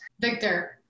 Victor